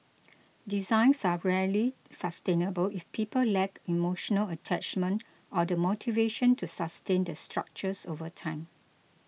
designs are rarely sustainable if people lack emotional attachment or the motivation to sustain the structures over time